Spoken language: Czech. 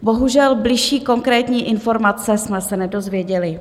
Bohužel, bližší konkrétní informace jsme se nedozvěděli.